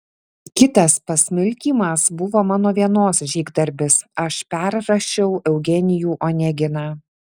kitas pasmilkymas buvo mano vienos žygdarbis aš perrašiau eugenijų oneginą